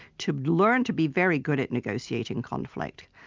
to learn to be very good at negotiating conflict.